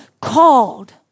called